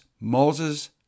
Moses